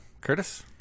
curtis